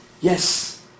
Yes